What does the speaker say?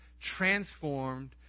transformed